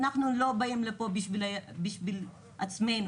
אנחנו לא באים לפה בשביל עצמנו,